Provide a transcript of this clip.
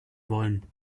wollen